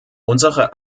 unsere